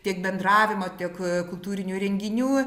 tiek bendravimo tiek kultūrinių renginių